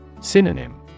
Synonym